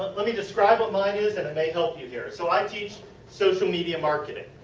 let me describe what mine is and it may help you here. so, i teach social media marketing.